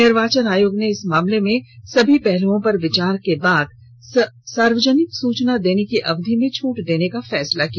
निर्वाचन आयोग ने इस मामले के सभी पहलुओं पर विचार के बाद सार्वजनिक सूचना देने की अवधि में छूट देने का फैसला किया